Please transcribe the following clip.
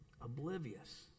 Oblivious